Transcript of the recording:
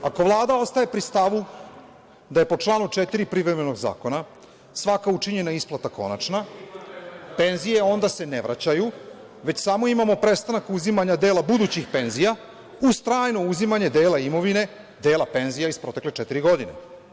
Ako Vlada ostaje pri stavu da je po članu 4. privremenog zakona svaka učinjena isplata konačna, penzije onda se ne vraćaju, već samo imamo prestanak uzimanja dela budućih penzija uz trajno uzimanje dela imovine, dela penzija iz protekle četiri godine.